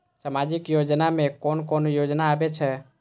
सामाजिक योजना में कोन कोन योजना आबै छै?